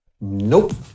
Nope